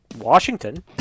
washington